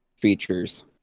features